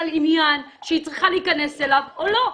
עניין שהיא צריכה להיכנס אליו או לא.